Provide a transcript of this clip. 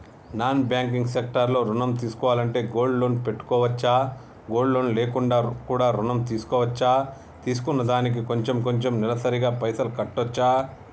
Non banking sector లో ఋణం తీసుకోవాలంటే గోల్డ్ లోన్ పెట్టుకోవచ్చా? గోల్డ్ లోన్ లేకుండా కూడా ఋణం తీసుకోవచ్చా? తీసుకున్న దానికి కొంచెం కొంచెం నెలసరి గా పైసలు కట్టొచ్చా?